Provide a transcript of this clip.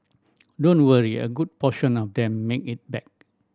don't worry a good portion of them make it back